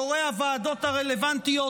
יו"רי הוועדות הרלוונטיות.